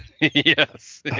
Yes